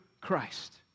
Christ